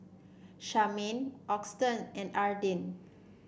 Charmaine Auston and Arden